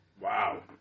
Wow